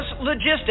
Logistics